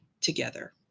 together